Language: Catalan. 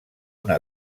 una